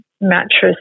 mattress